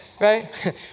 Right